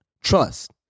Trust